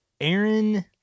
Aaron